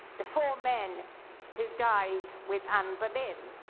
the four men who died with anne boleyn.